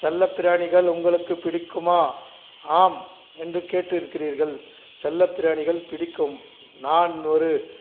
செல்லப் பிராணிகள் உங்களுக்கு பிடிக்குமா ஆம் என்று கேட்டிருக்கிறீர்கள் செல்லப் பிராணிகள் பிடிக்கும் நான் ஒரு